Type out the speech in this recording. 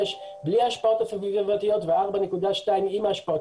בלי השפעות סביבתיות ו-4.2 עם ההשפעות.